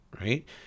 Right